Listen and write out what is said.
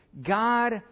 God